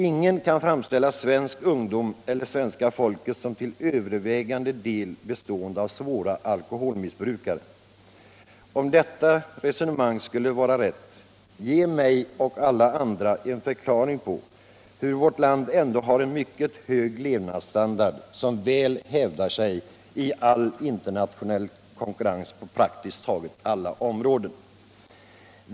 Ingen kan framställa svensk ungdom eller svenska folket som till övervägande del bestående av svåra alkoholmissbrukare. Om detta resonemang skulle vara riktigt — ge då mig och alla andra en förklaring till att vårt land ändå har en mycket hög levnadsstandard och väl hävdar sig i internationell konkurrens på praktiskt taget alla områden.